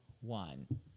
one